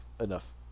enough